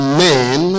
men